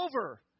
Over